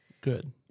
Good